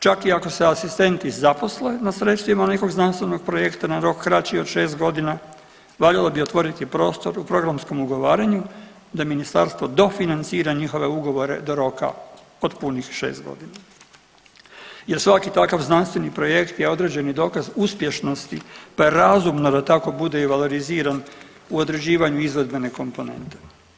Čak i ako se asistenti zaposle na sredstvima nekog znanstvenog projekta na rok kraći od 6 godina, valjalo bi otvoriti prostor u programskom ugovaranju da ministarstvo dofinancira njihove ugovore do roka od punih 6 godina jer svaki takav znanstveni projekt je određeni dokaz uspješnosti pa je razumno da tako bude i valoriziran u određivanju izvedbene komponente.